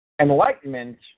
enlightenment